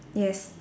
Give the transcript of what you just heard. yes